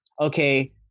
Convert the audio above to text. okay